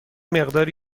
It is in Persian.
مقداری